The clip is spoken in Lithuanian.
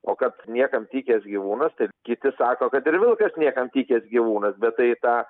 o kad niekam tikęs gyvūnas tai kiti sako kad ir vilkas niekam tikęs gyvūnas bet tai ta